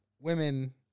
women